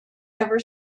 ever